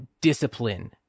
discipline